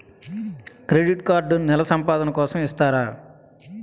Credit card నెల సంపాదన కోసం ఇస్తారా?